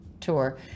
tour